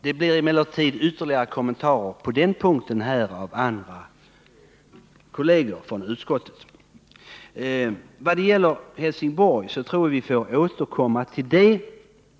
Det blir emellertid ytterligare kommentarer på den punkten av kolleger från utskottet. Vad gäller frågan om Helsingborg tror jag att vi får återkomma till den.